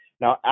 now